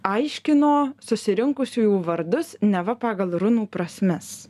aiškino susirinkusiųjų vardus neva pagal runų prasmes